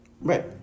Right